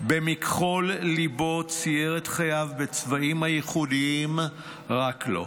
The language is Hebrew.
'במכחול ליבו צייר את חייו בצבעים הייחודיים רק לו'.